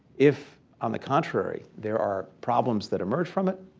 if, on the contrary, there are problems that emerge from it,